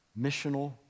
missional